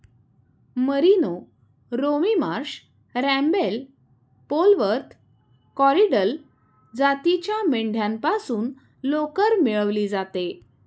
merino, Romney Marsh, Rambouillet, Polwarth, Corriedale जातीच्या मेंढ्यांपासून लोकर मिळवली जाते